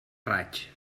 raig